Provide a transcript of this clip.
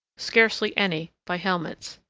scarcely any by helmets.